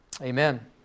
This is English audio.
Amen